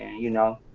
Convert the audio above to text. you know,